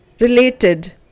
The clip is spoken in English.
related